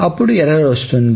అప్పుడు ఎర్రర్ వస్తుంది